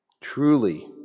Truly